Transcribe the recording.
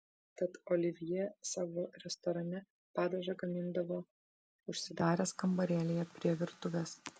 tad olivjė savo restorane padažą gamindavo užsidaręs kambarėlyje prie virtuvės